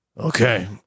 Okay